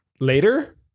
later